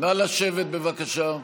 נא לשבת, בבקשה.